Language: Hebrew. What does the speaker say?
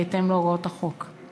בהתאם להוראות החוק.